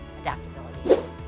adaptability